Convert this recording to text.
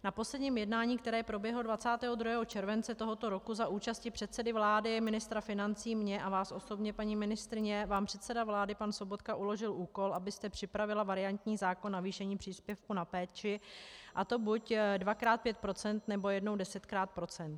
Na posledním jednání, které proběhlo 22. července tohoto roku za účasti předsedy vlády, ministra financí, mě a vás osobně, paní ministryně, vám předseda vlády pan Sobotka uložil úkol, abyste připravila variantní zákon o navýšení příspěvku na péči, a to buď dvakrát 5 %, nebo jednou 10 %.